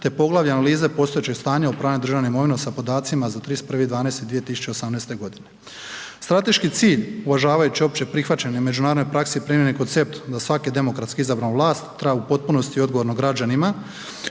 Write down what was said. te poglavlja analize postojećeg stanja upravljanja državnom imovinom sa podacima za 31. 12. 2018. godine. Strateški cilj uvažavajući opće prihvaćene međunarodne prakse i primijenjeni koncept za svaku demokratsku izbranu vlast .../Govornik se ne razumije./... u potpunosti odgovorno građanima